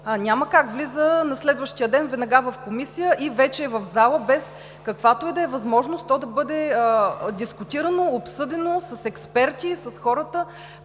Няма как – влиза на следващия ден веднага в Комисията и вече е в залата, без каквато и да е възможност да бъде дискутирано, обсъдено с експерти и с хората,